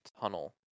tunnel